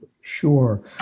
Sure